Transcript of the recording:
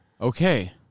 okay